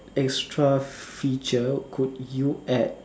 extra feature could you add